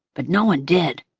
but no one did.